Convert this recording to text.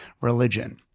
religion